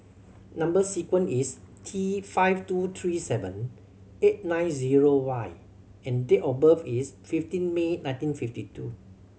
number sequence is T five two three seven eight nine zero Y and date of birth is fifteen May nineteen fifty two